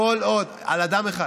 כל עוד, על אדם אחד,